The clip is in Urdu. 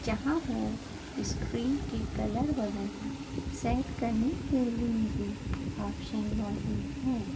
جہاں وہ اسکرین کے کلر وغیرہ سیٹ کرنے کے لیے بھی آپشن موجود ہیں